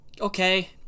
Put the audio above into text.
Okay